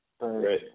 right